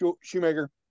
Shoemaker